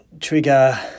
trigger